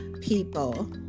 people